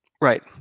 Right